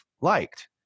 liked